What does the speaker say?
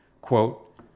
Quote